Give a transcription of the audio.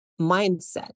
mindset